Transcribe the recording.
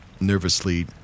nervously